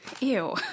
Ew